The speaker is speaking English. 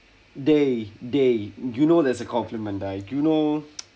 dey dey you know that's a compliment dah you know